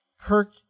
Kirk